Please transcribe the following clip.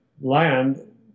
land